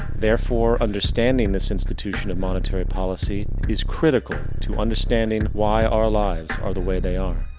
therefore, understanding this institution of monetary policy is critical to understanding why our lives are the way they are.